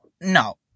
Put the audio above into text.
No